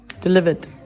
delivered